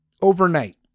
overnight